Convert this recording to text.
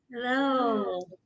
Hello